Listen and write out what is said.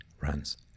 runs